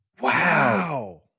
Wow